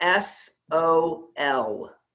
SOL